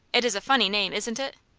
it is a funny name, isn't it?